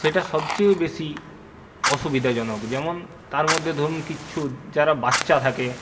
সেটা সবচেয়ে বেশি অসুবিধাজনক যেমন তার মধ্যে ধরুন কিছু যারা বাচ্চা থাকে